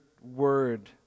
word